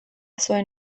zuen